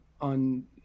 on